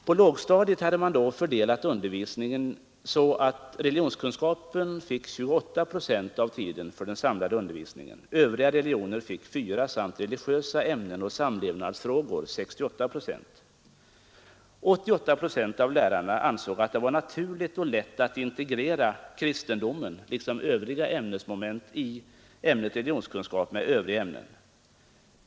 På lågstadiet hade man då fördelat undervisningen så att religionskunskap fick 28 procent av tiden för den samlade undervisningen, övriga religioner fick 4 procent samt religiösa ämnen och samlevnadsfrågor 68 procent. 88 procent av lärarna ansåg att det gick naturligt och lätt att integrera kristendomen liksom övriga ämnesmoment i ämnet religionskunskap med andra ämnen.